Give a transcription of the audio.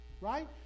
right